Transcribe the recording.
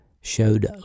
showed